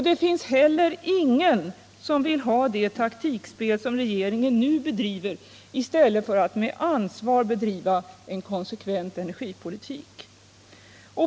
Det finns heller ingen som vill ha det taktikspel som regeringen nu bedriver i stället för att med ansvar bedriva en konsekvent energipolitik.